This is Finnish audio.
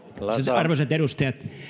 arvoisat edustajat